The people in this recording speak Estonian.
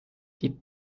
tipp